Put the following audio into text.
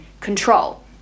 control